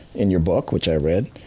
in your book, which i read.